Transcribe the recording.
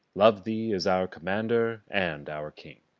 love thee as our commander and our king.